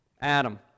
Adam